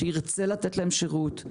שירצה לתת להם שירות,